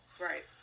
Right